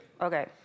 Okay